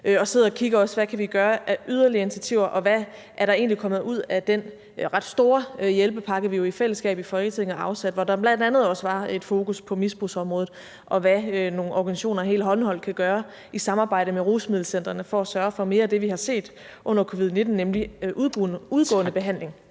også og kigger på, hvad vi kan tage af yderligere initiativer, og hvad der egentlig er kommet ud af den ret store hjælpepakke, vi jo i fællesskab i Folketinget afsatte, hvor der bl.a. også var et fokus på misbrugsområdet, og hvad nogle organisationer helt håndholdt kan gøre i samarbejde med rusmiddelcentrene for at sørge for mere af det, vi har set under covid-19, nemlig udgående behandling.